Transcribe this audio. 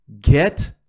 Get